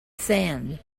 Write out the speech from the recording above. sand